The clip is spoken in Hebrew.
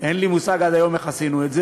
אין לי מושג עד היום איך עשינו את זה,